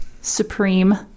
supreme